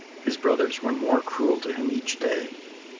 his brothers were more cruel to him each day.